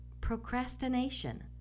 Procrastination